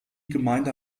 gemeinde